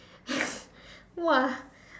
!wah!